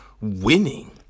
winning